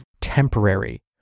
temporary